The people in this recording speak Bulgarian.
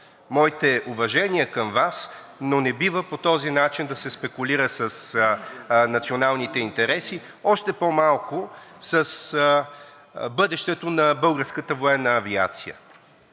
Моите уважения към Вас, но не бива по този начин да се спекулира с националните интереси, още по-малко с бъдещето на българската военна авиация.